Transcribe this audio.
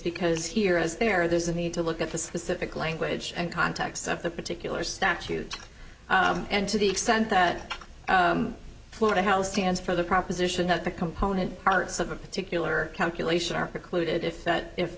because here is there there's a need to look at the specific language and context of the particular statute and to the extent that florida house stands for the proposition that the component parts of a particular calculation are precluded if that if